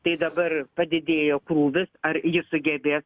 tai dabar padidėjo krūvis ar jis sugebės